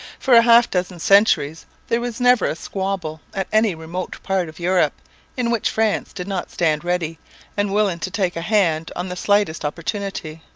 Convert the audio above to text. for a half-dozen centuries there was never a squabble at any remote part of europe in which france did not stand ready and willing to take a hand on the slightest opportunity.